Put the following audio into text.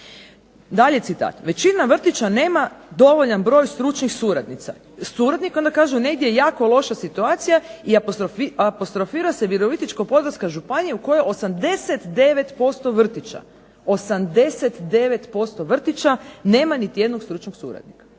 Dalje citat: "većina vrtića nema dovoljan broj stručnih suradnica/suradnika". Onda kaže negdje je jako loša situacija i apostrofira se Virovitičko-podravska županija u kojoj 89% vrtića nema niti jednog stručnog suradnika.